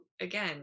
again